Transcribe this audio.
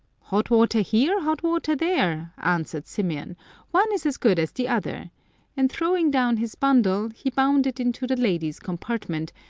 hot water here, hot water there, answered symeon one is as good as the other and throwing down his bundle, he bounded into the ladies' compartment,